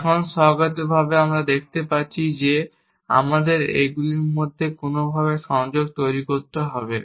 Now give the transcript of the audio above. এখন স্বজ্ঞাতভাবে আমরা দেখতে পাচ্ছি যে আমাদের এইগুলির মধ্যে কোনওভাবে সংযোগ তৈরি করতে হবে